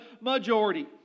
majority